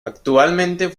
actualmente